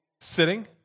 sitting